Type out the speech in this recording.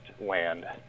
land